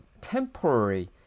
temporary